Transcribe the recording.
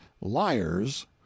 liars